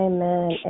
Amen